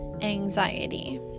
anxiety